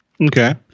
Okay